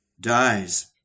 dies